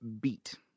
beat